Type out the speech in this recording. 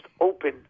open